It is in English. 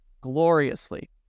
Gloriously